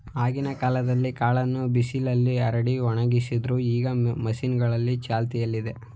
ಆಗಿನ ಕಾಲ್ದಲ್ಲೀ ಕಾಳನ್ನ ಬಿಸಿಲ್ನಲ್ಲಿ ಹರಡಿ ಒಣಗಿಸ್ತಿದ್ರು ಈಗ ಮಷೀನ್ಗಳೂ ಚಾಲ್ತಿಯಲ್ಲಿದೆ